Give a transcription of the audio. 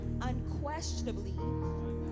unquestionably